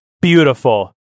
Beautiful